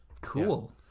cool